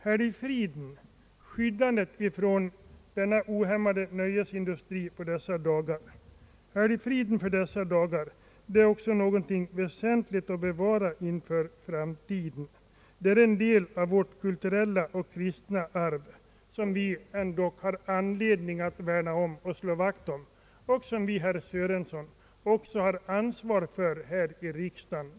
Helgfriden och skyddet mot den ohämmade nöjesindustrin under dessa dagar är någonting väsentligt att bevara inför framtiden. Denna frid utgör en del av vårt kulturella och kristna arv, som det är skäl att värna om och slå vakt om och som vi, herr Sörenson, också har ansvar för här i riksdagen.